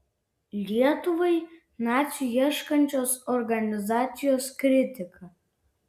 lietuvai nacių ieškančios organizacijos kritika